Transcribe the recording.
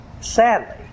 sadly